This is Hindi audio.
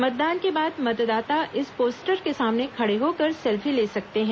मतदान के बाद मतदाता इस पोस्टर के सामने खड़े होकर सेल्फी ले सकते हैं